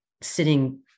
sitting